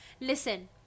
Listen